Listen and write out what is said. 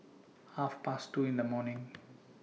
Half Past two in The morning